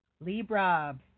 Libra